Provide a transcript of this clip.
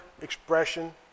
expression